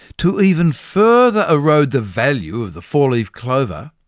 to even further erode the value of the four-leaf clover,